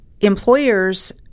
Employers